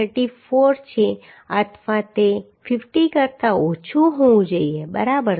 34 છે અથવા તે 50 કરતા ઓછું હોવું જોઈએ બરાબર